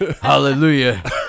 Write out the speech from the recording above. hallelujah